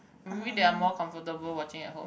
maybe they are more comfortable watching at home